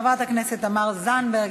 חברת הכנסת תמר זנדברג,